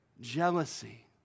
jealousy